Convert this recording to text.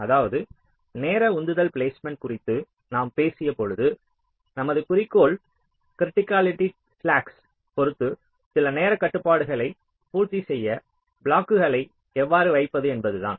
அதாவது நேர உந்துதல் பிலேஸ்மேன்ட் குறித்து நாம் பேசியபொழுது நமது குறிக்கோள் கிரிட்டிகாலிட்டி ஸ்லாக்கை பொறுத்து சில நேர கட்டுப்பாடுகளைப் பூர்த்தி செய்ய பிளாக்குகளை எவ்வாறு வைப்பது என்பதுதான்